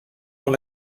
dans